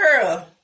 girl